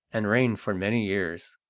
and reigned for many years,